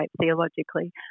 theologically